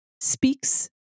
speaks